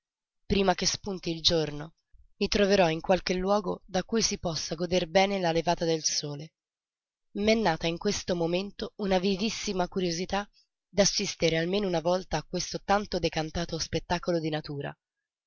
prima che spunti il giorno mi troverò in qualche luogo da cui si possa goder bene la levata del sole m'è nata in questo momento una vivissima curiosità d'assistere almeno una volta a questo tanto decantato spettacolo di natura